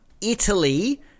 Italy